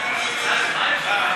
ברושי,